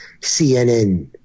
CNN